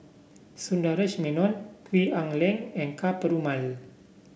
Sundaresh Menon Gwee Ah Leng and Ka Perumal